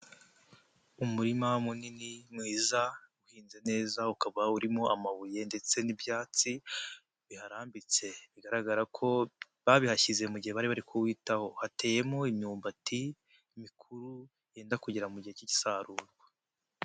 Umurima munini mwiza uhinze neza ukaba urimo amabuye ndetse n'ibyatsi biharambitse, bigaragara ko babihashyize mu gihe bari bari kuwitaho. Hateyemo imyumbati mikuru yenda kugira mu gihe k'isarurwa.